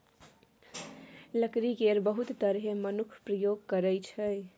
लकड़ी केर बहुत तरहें मनुख प्रयोग करै छै